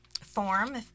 form